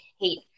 hate